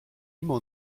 immer